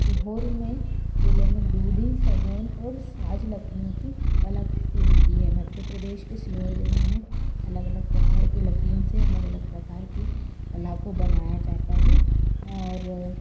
सिहोर में ज़िले में दूदी सागवान और साज लकड़ियों की कलाकृति होती है मध्य प्रदेश के सिहोर ज़िले में अलग अलग प्रकार की लकड़ियों से अलग अलग प्रकार की कला को बनाया जाता है और